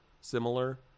similar